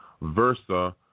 Versa